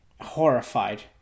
horrified